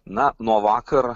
na nuo vakar